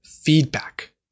feedback